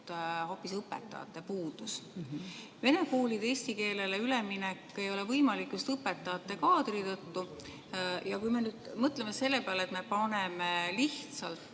hoopis õpetajate puudus. Vene koolide eesti keelele üleminek ei ole võimalik just õpetajate kaadri tõttu. Kui me nüüd mõtleme selle peale, et me paneme lihtsalt